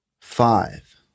five